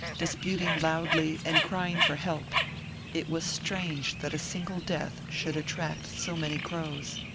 disputing loudly and crying for help it was strange that a single death should attract so many crows.